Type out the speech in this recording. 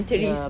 ya